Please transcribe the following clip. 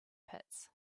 pits